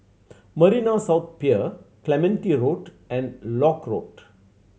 Marina South Pier Clementi Road and Lock Road